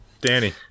Danny